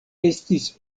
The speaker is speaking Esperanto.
estis